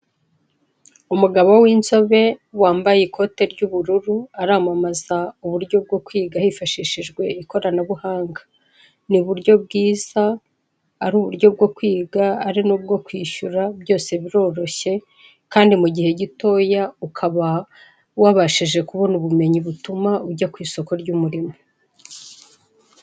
Umugabo w'inzobe wambaye ikote ry'ubururu aramamaza uburyo bwo kwiga hifashishijwe ikoranabuhanga, ni uburyo bwiza ari uburyo bwo kwiga ari nubwo kwishyura byose biroroshye, Kandi mu gihe gitoya ukaba wabashije kubona ubumenyi butuma ujya ku isoko ry'umurimo.